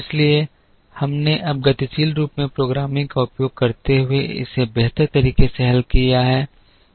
इसलिए हमने अब गतिशील रूप से प्रोग्रामिंग का उपयोग करते हुए इसे बेहतर तरीके से हल कर लिया है